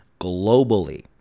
Globally